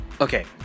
okay